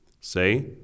Say